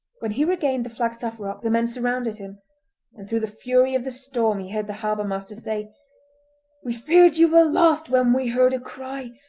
when he regained the flagstaff rock the men surrounded him, and through the fury of the storm he heard the harbour-master say we feared you were lost when we heard a cry!